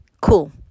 cool